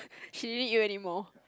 she need you anymore